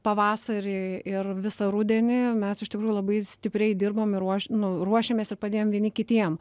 pavasarį ir visą rudenį mes iš tikrųjų labai stipriai dirbom ir ruoš nu ruošėmės ir padėjom vieni kitiem